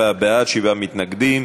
34 בעד, שבעה מתנגדים.